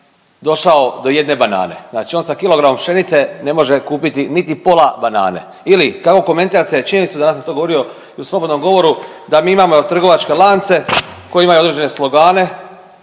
došao do jedne banane, dakle on sa kilogramom pšenice ne može kupiti niti pola banane ili kako komentirate činjenicu, danas sam to govorio i u slobodnom govoru, da mi imamo trgovačke lance koji imaju određene slogane